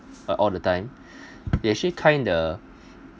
uh all the time they actually kind of